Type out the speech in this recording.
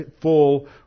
full